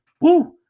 Woo